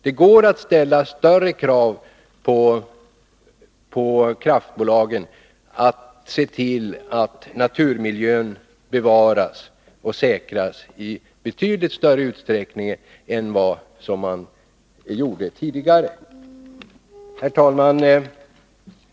Det går nu att ställa större krav på kraftbolagen att de skall se till att naturmiljön bevaras och säkras i betydligt större utsträckning än vad man gjort tidigare. Herr talman!